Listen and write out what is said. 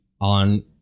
on